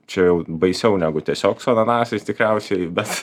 čia jau baisiau negu tiesiog su ananasais tikriausiai bet